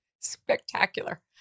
spectacular